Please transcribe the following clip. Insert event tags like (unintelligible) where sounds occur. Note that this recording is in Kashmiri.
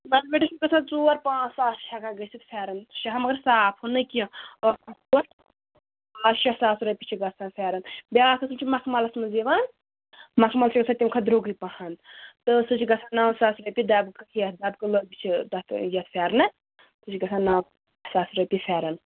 لگ بگ ہٮ۪کہِ گژھِتھ ژور پانٛژھ ساس چھِ ہیٚکان گٔژھتھ پھٮ۪رن سُہ چھِ ہا مگر صاف ہُہ نہٕ کیٚنٛہہ (unintelligible) پانٛژھ شےٚ ساس رۄپیہِ چھِ گژھان پھٮ۪رن بیٛاکھ چھِ مکھملَس منٛز یِوان مکھمل چھُ گژھان تَمہِ کھۄتہٕ درٛوٚگٕے پَہَن تہٕ سُہ چھِ گژھان نَو ساس رۄپیہِ دَبہٕ یَتھ دَبکہٕ لٲگِتۍ چھِ تَتھ یَتھ پھٮ۪رنس سُہ چھِ گژھان نَو ساس رۄپیہِ پھٮ۪رن